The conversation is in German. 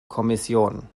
kommission